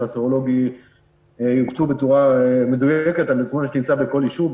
הסרולוגי יוקצו בצורה מדויקת בכל ישוב,